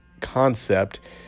concept